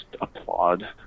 applaud